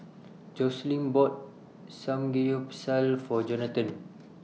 Joslyn bought Samgeyopsal For Johnathon